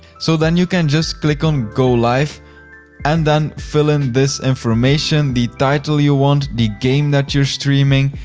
so then you can just click on go live and then fill in this information. the title you want, the game that you're streaming.